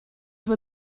what